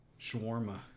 Shawarma